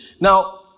Now